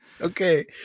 Okay